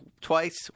twice